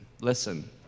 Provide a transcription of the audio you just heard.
Listen